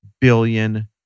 billion